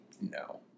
no